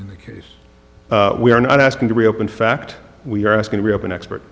in the case we are not asking to reopen fact we are asking to reopen expert